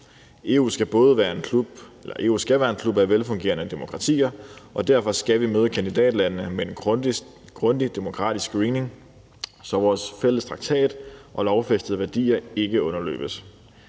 EU skal være en klub af velfungerende demokratier, og derfor skal vi møde kandidatlandene med en grundig demokratisk screening, så vores fælles traktat og lovfæstede værdier ikke underløbes.